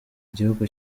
igihugu